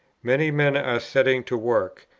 many men are setting to work.